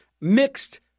mixed